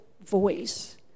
voice